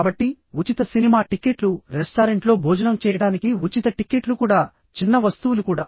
కాబట్టి ఉచిత సినిమా టిక్కెట్లు రెస్టారెంట్లో భోజనం చేయడానికి ఉచిత టిక్కెట్లు కూడా చిన్న వస్తువులు కూడా